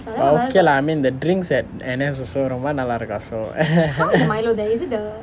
okay lah I mean the drinks at N_S also ரொம்ப நல்லா இருக்கும:romba nallaa irukkum